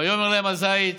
ויאמר להם הזית